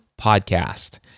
Podcast